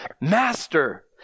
Master